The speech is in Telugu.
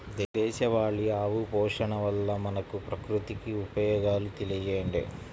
దేశవాళీ ఆవు పోషణ వల్ల మనకు, ప్రకృతికి ఉపయోగాలు తెలియచేయండి?